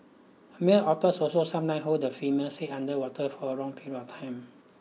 male otters also sometimes hold the female's head under water for a long period of time